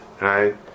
right